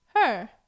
Her